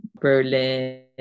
Berlin